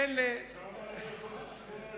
כמה פעמים אני יכול לשמוע את זה?